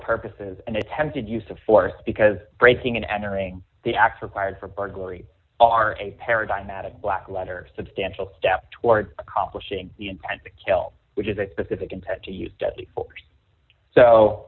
purposes and attempted use of force because breaking and entering the act required for burglary are a paradigmatic blackletter substantial step toward accomplishing the intent to kill which is a specific intent to use deadly force so